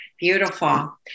beautiful